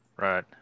Right